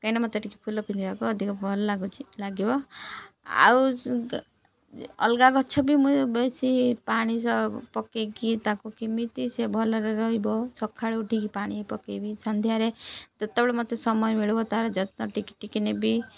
କାହିଁକି ନା ମତେ ଟିକେ ଫୁଲ ପିନ୍ଧିବାକୁ ଅଧିକ ଭଲ ଲାଗୁଛି ଲାଗିବ ଆଉ ଅଲଗା ଗଛ ବି ମୁଁ ବେଶୀ ପାଣି ପକେଇକି ତାକୁ କେମିତି ସେ ଭଲରେ ରହିବ ସଖାଳୁ ଉଠିକି ପାଣି ପକେଇବି ସନ୍ଧ୍ୟାରେ ଯେତେବେଳେ ମତେ ସମୟ ମିଳିବ ତାର ଯତ୍ନ ଟିକେ ଟିକେ ନେବି